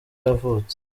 yavutse